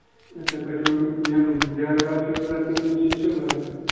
اَچھا تُہۍ چھِو یِم جالہِ دارِ چھو ضروٗرت کِنہٕ یِم شیٖشِو دارِ